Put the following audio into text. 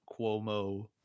Cuomo